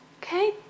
Okay